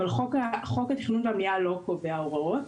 אבל חוק התכנון והבנייה לא קובע הוראות.